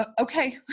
okay